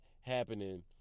happening